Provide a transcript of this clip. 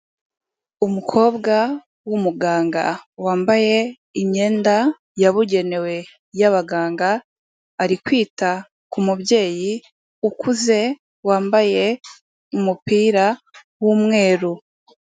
Umukobwa w'umuganga, wambaye imyenda yabugenewe y'abaganga, ari kwita kumubyeyi ukuze, wambaye umupira w'umweru.